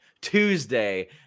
Tuesday